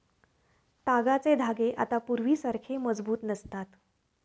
तागाचे धागे आता पूर्वीसारखे मजबूत नसतात